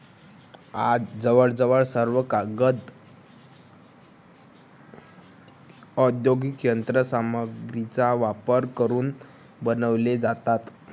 आज जवळजवळ सर्व कागद औद्योगिक यंत्र सामग्रीचा वापर करून बनवले जातात